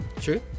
True